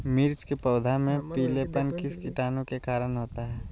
मिर्च के पौधे में पिलेपन किस कीटाणु के कारण होता है?